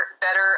better